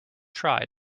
try